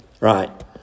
Right